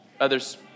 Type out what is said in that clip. others